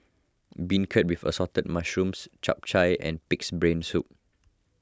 Beancurd with Assorted Mushrooms Chap Chai and Pig's Brain Soup